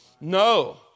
No